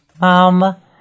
Mama